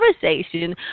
conversation